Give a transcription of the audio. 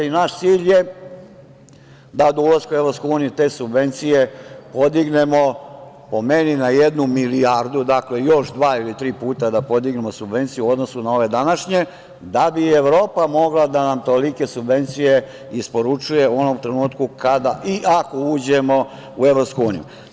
Naš cilj je da do ulaska u Evropsku uniju te subvencije podignemo, po meni, na jednu milijardu, dakle, još dva ili tri puta da podignemo subvencije u odnosu na ove današnje da bi Evropa mogla da nam tolike subvencije isporučuje u onom trenutku kada i ako uđemo u Evropsku uniju.